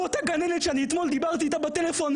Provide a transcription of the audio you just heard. אותה גננת שאתמול דיברתי איתה בטלפון,